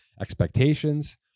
expectations